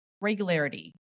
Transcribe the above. regularity